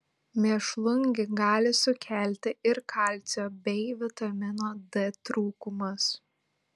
mėšlungį gali sukelti ir kalcio bei vitamino d trūkumas